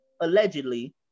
allegedly